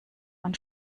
man